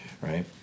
Right